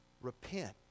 Repent